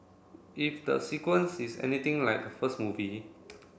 if the sequels is anything like the first movie